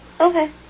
Okay